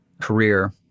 career